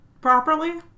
Properly